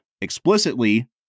explicitly